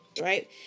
Right